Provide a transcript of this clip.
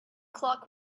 clock